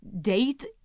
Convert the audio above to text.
date